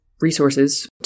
resources